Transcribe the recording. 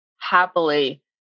happily